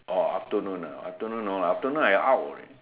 oh afternoon ah afternoon no lah afternoon I out already